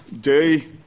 day